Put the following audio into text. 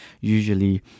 usually